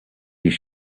his